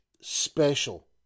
special